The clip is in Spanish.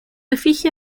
efigie